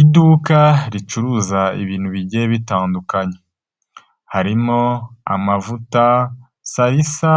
Iduka ricuruza ibintu bigiye bitandukanye, harimo amavuta, sayisa